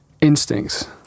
instincts